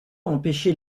empêcher